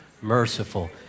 Merciful